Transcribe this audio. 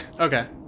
Okay